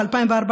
ב-2014,